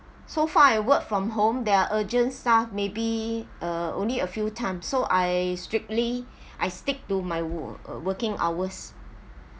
so far I work from home there are urgent stuff maybe uh only a few times so I strictly I stick to my working hours